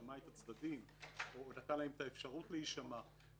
שמע את הצדדים או נתן להם אפשרות להישמע.